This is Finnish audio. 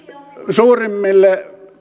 suurimmille